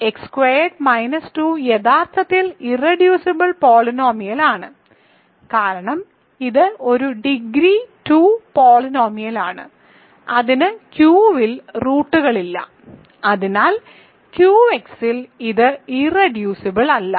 X squared minus 2 യഥാർത്ഥത്തിൽ irreducible പോളിനോമിയലാണ് കാരണം ഇത് ഒരു ഡിഗ്രി 2 പോളിനോമിയലാണ് അതിന് Q ൽ റൂട്ടുകളില്ല അതിനാൽ Q x ൽ ഇത് റെഡ്യൂസിബിൾ അല്ല